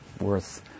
worth